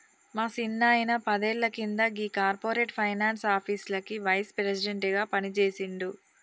మా సిన్నాయిన పదేళ్ల కింద గీ కార్పొరేట్ ఫైనాన్స్ ఆఫీస్లకి వైస్ ప్రెసిడెంట్ గా పనిజేసిండు